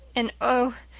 and oh,